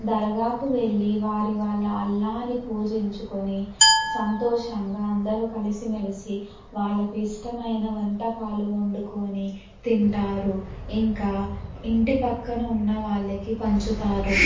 దర్గాకు వెళ్ళి వారి వాళ్ళ అల్లాను పూజించుకొని సంతోషంగా అందరు కలిసిమెలిసి వాళ్ళకు ఇష్టమైన వంటకాలు వండుకొని తింటారు ఇంకా ఇంటి పక్కన ఉన్న వాళ్ళకి పంచుతారు